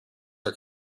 are